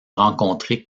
rencontré